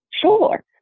sure